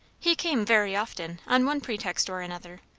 he came very often, on one pretext or another.